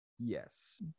Yes